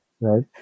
right